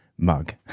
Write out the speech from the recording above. mug